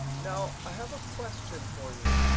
now, i have a question for you.